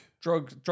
Drug